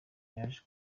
yaje